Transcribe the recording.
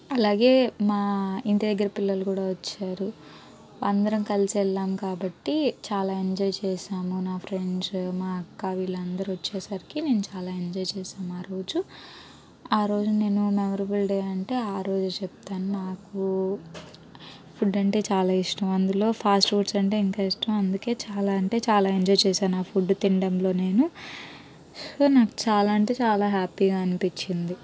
అలాగే మా ఇంటి దగ్గర పిల్లలు కూడా వచ్చారు అందరం కలిసి వెళ్ళాము కాబట్టి చాలా ఎంజాయ్ చేసాము నా ఫ్రెండ్స్ మా అక్క వీళ్ళందరూ వచ్చేసరికి నేను చాలా ఎంజాయ్ చేసాము ఆరోజు అందులో ఆరోజు నేను మెమొరబుల్ డే అంటే ఆరోజు చెప్తాను నాకు ఫుడ్ అంటే చాలా ఇష్టం అందులో ఫాస్ట్ ఫుడ్స్ అంటే ఇంకా ఇష్టం అందుకే చాలా అంటే చాలా ఎంజాయ్ చేశాను ఆ ఫుడ్ తినడంలో నేను సో నేను చాలా అంటే చాలా హ్యాపీగా అనిపించింది